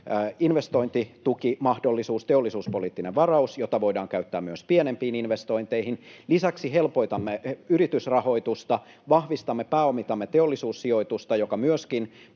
investointitukimahdollisuus, teollisuuspoliittinen varaus, jota voidaan käyttää myös pienempiin investointeihin. Lisäksi helpotamme yritysrahoitusta, vahvistamme ja pääomitamme Teollisuussijoitusta, joka myöskin